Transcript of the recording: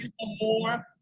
more